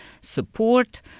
support